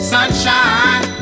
Sunshine